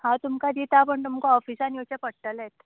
हांव तुमकां दिता पूण टुमकां ऑफिसान येवचें पडटलेंच